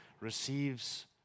receives